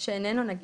שאיננו נגיש,